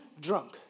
drunk